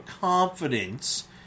confidence